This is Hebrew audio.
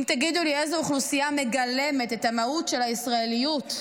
אם תגידו לי איזו אוכלוסייה מגלמת את המהות של הישראליות,